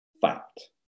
fact